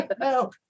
No